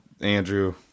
Andrew